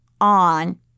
on